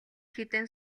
хэдэн